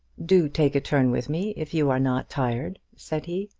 do take a turn with me, if you are not tired, said he.